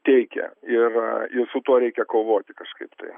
teikia ir ir su tuo reikia kovoti kažkaip tai